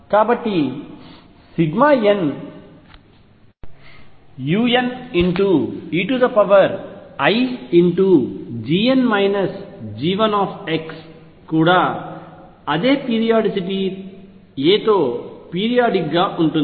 కాబట్టి nuneix కూడా అదే పీరియాడిసిటీ a తో పీరియాడిక్ గా ఉంటుంది